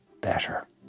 better